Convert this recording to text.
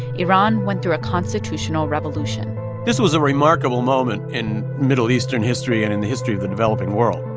iran went through a constitutional revolution this was a remarkable moment in middle eastern history and in the history of the developing world.